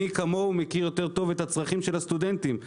מי כמוהו מכיר את הצרכים של הסטודנטים,